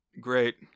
Great